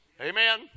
Amen